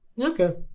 okay